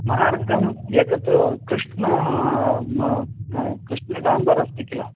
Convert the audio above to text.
मार्गम् एतत् कृष्ण कृष्ण डाम्बर् अस्ति किल